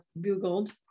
Googled